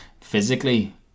physically